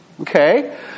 okay